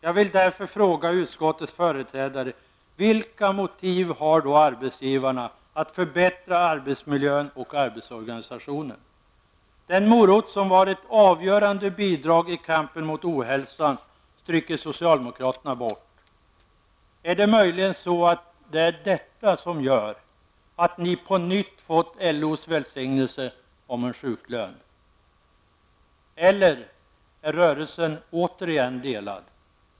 Jag vill därför fråga utskottets företrädare: Vilka motiv har då arbetsgivarna att förbättra arbetsmiljön och arbetsorganisationen? Den morot som var ett avgörande bidrag i kampen mot ohälsan tar socialdemokraterna bort. Är det möjligen så att det är detta som gör att ni på nytt fått LOs välsignelse om en sjuklön? Eller är rörelsen återigen delad?